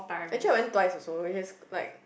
actually I went twice also which is like